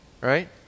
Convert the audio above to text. right